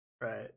right